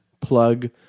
plug